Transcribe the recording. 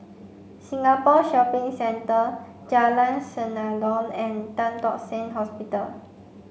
Singapore Shopping Centre Jalan Senandong and Tan Tock Seng Hospital